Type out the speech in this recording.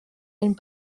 and